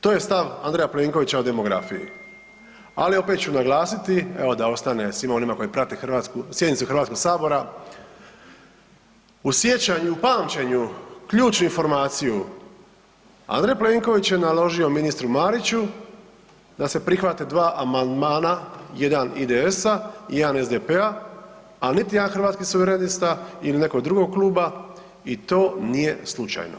To je stav Andreja Plenkovića o demografiji, ali opet ću naglasiti evo da ostane svima onima koji prate hrvatsku, sjednicu Hrvatskog sabora u sjećanju, u pamćenju ključnu informaciju, Andrej Plenković je naložio ministru Mariću da se prihvate 2 amandmana, jedan IDS-a i jedan SDP-a, a niti jedan Hrvatskih suverenista ili nekog drugog kluba i to nije slučajno.